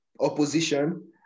opposition